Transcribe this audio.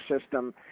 system